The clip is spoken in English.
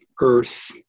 Earth